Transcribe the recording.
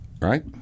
Right